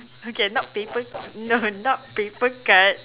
okay not paper no not paper cut